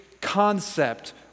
concept